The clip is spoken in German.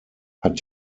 hat